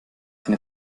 eine